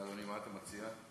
אדוני, מה אתה מציע?